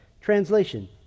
Translation